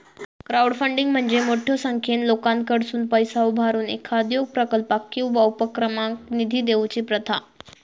crowdfunding म्हणजे मोठ्यो संख्येन लोकांकडसुन पैसा उभारून एखाद्यो प्रकल्पाक किंवा उपक्रमाक निधी देऊची प्रथा